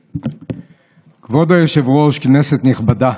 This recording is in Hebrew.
כבוד היושב-ראש, כנסת נכבדה,